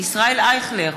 ישראל אייכלר,